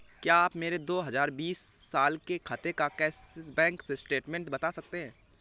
क्या आप मेरे दो हजार बीस साल के खाते का बैंक स्टेटमेंट बता सकते हैं?